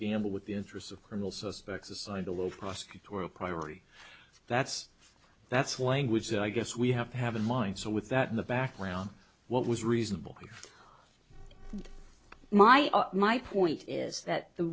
gamble with the interests of criminal suspects assigned a low prosecutorial priority that's that's one which i guess we have to have in mind so with that in the background what was reasonable my our my point is that the